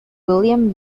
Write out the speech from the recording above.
william